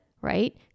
right